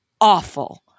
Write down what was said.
awful